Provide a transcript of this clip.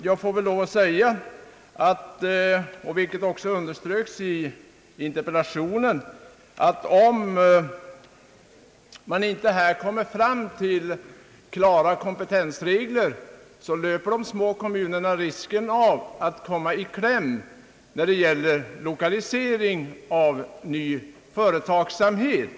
Jag får säga — vilket också underströks i interpellationen — att om man inte här kommer fram till klara kompetensregler, löper de små kommunerna risken att komma i kläm när det gäller lokalisering av ny företagsamhet.